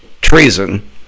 treason